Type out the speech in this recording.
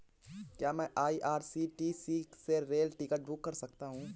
क्या मैं आई.आर.सी.टी.सी से रेल टिकट बुक कर सकता हूँ?